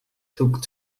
took